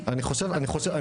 אתה רוצה להפוך את זה לפוליטי?